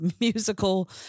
musical